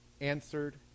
answered